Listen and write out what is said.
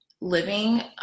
living